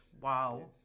Wow